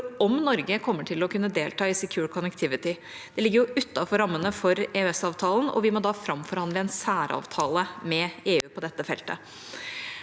om Norge kommer til å kunne delta i Secure Connectivity. Det ligger jo utenfor rammene for EØS-avtalen, og vi må da framforhandle en særavtale med EU på dette feltet.